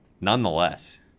Nonetheless